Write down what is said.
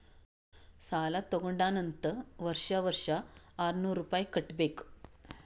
ಸಾಲಾ ತಗೊಂಡಾನ್ ಅಂತ್ ವರ್ಷಾ ವರ್ಷಾ ಆರ್ನೂರ್ ರುಪಾಯಿ ಕಟ್ಟಬೇಕ್